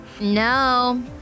No